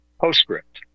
postscript